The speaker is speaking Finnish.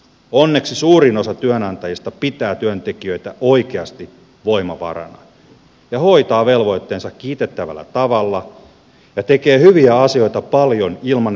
onneksi suurin osa työnantajista pitää työntekijöitä oikeasti voimavarana ja hoitaa velvoitteensa kiitettävällä tavalla ja tekee hyviä asioita paljon ilman velvoitettakin